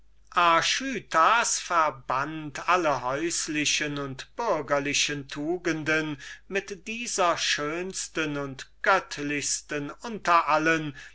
alle häuslichen und bürgerlichen tugenden mit dieser schönsten und göttlichsten unter allen